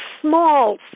small